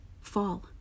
fall